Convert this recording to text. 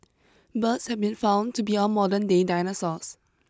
birds have been found to be our modernday dinosaurs